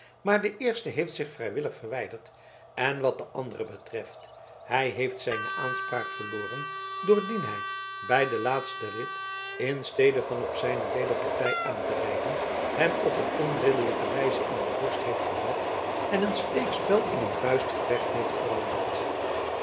maar de eerste heeft zich vrijwillig verwijderd en wat den anderen betreft hij heeft zijne aanspraak verloren doordien hij bij den laatsten rit in stede van op zijn weerpartijder aan te rijden hem op een onridderlijke wijze in de borst heeft gevat en een steekspel in een vuistgevecht heeft veranderd